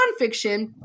nonfiction